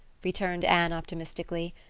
returned anne optimistically.